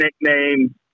nickname